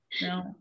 no